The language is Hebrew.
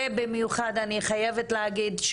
במיוחד אני חייבת להגיד,